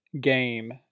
game